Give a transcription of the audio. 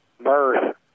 birth